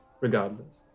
regardless